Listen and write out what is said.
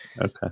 Okay